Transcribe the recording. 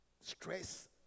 stress